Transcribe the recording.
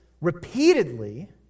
repeatedly